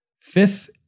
fifth